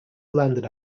landed